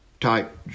type